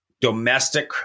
domestic